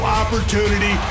opportunity